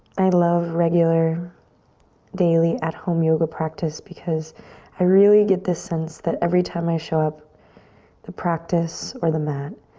i love regular daily at-home yoga practice because i really get this sense that every time i show up the practice or the mat